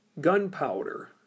Gunpowder